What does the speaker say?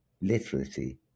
literacy